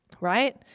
Right